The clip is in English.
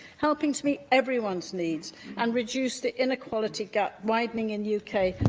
helping to meet everyone's needs and reduce the inequality gap widening in yeah